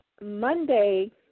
Monday